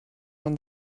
man